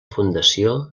fundació